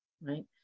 right